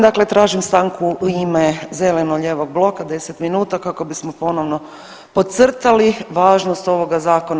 Dakle tražim stanku u ime Zeleno-lijevog bloka 10 minuta kako bismo ponovno podcrtali važnost ovoga zakona.